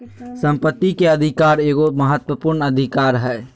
संपत्ति के अधिकार एगो महत्वपूर्ण अधिकार हइ